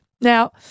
Now